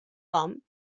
com